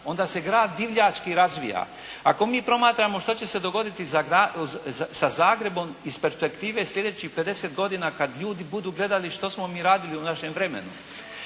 onda se grad divljački razvija. Ako mi promatramo šta će se dogoditi sa Zagrebom iz perspektive sljedećih pedeset godina kad ljudi budu gledali što smo mi radili u našem vremenu,